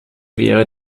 wäre